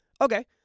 Okay